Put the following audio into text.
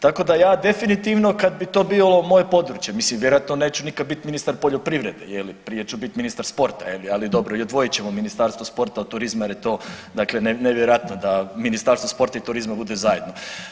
Tako da ja definitivno kad bi to bilo moje područje, mislim vjerojatno neću nikad biti ministar poljoprivrede, prije ću biti ministar sporta, ali dobro i odvojit ćemo Ministarstvo sporta od turizma jer je to, dakle nevjerojatno da Ministarstvo sporta i turizma bude zajedno.